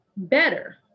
Better